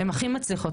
הם הכי מצליחים.